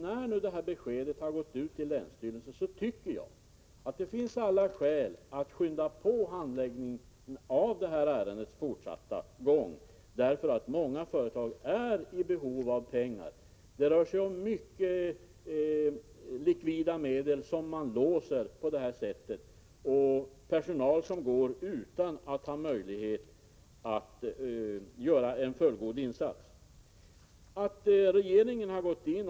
När nu länsstyrelsen har fått besked tycker jag att det finns alla skäl att skynda på handläggningen av ärendet. Många företag är nämligen i behov av pengar. Det rör sig om stora summor likvida medel som Prot. 1986/87:33 på detta sätt låses. Vidare rör det sig om personal som inte har möjlighet att 21 november 1986 göra en fullgod insats.